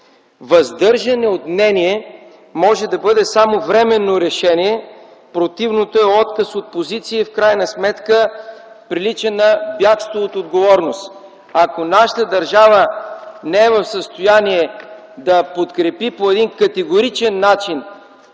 Въздържане от мнение може да бъде само временно решение. Противното е отказ от позиция и в крайна сметка прилича на бягство от отговорност. Ако нашата държава не е в състояние да подкрепи по един категоричен начин